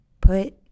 put